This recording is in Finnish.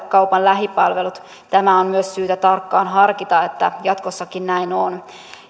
kaupan lähipalvelut tämä on myös syytä tarkkaan harkita että jatkossakin näin on